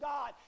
God